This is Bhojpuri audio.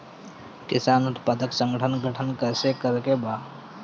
किसान उत्पादक संगठन गठन कैसे करके बा?